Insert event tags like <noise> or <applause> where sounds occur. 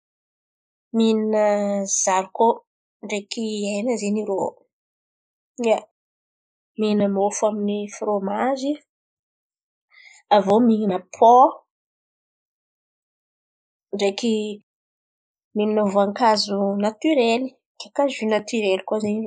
<hesitation> mihin̈a zariko ndreky hen̈a zen̈y irô ia! Mihin̈a mofo amin'ny fromazy, avô mihin̈a pô ndreky mihin̈a voankazo natirely ndreky migiaka zy natirely koa zen̈y.